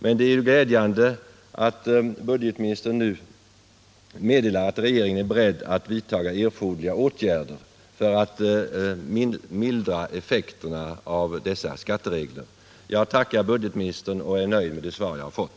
Men det är glädjande att budgetministern nu meddelar att regeringen är beredd att vidta erforderliga åtgärder för att mildra effekterna av dessa skatteregler. Jag tackar än en gång budgetministern och är nöjd med det svar jag fått.